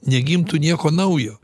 negimtų nieko naujo